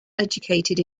educated